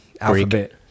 alphabet